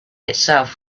itself